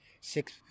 six